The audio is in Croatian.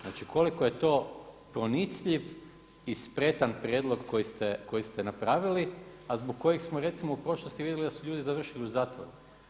Znači koliko je to pronicljiv i spretan prijedlog koji ste napravili, a zbog kojega smo recimo u prošlosti vidjeli da su ljudi završili u zatvoru.